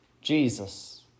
Jesus